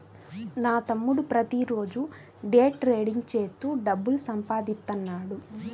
నా తమ్ముడు ప్రతిరోజూ డే ట్రేడింగ్ చేత్తూ డబ్బులు సంపాదిత్తన్నాడు